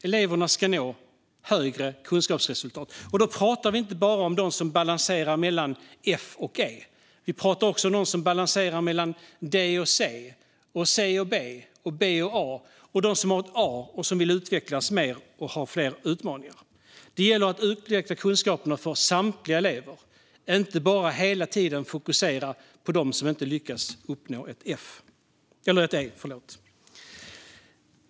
Eleverna ska nå högre kunskapsresultat. Då talar vi inte bara om dem som balanserar mellan F och E, utan även om dem som balanserar mellan D och C, C och B och B och A, liksom om dem som har A och vill utvecklas mer och ha fler utmaningar. Det gäller att utveckla kunskaperna för samtliga elever och inte bara hela tiden fokusera på dem som inte lyckas uppnå ett E.